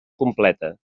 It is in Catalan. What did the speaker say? completa